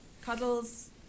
cuddles